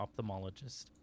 ophthalmologist